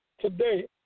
today